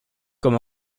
comme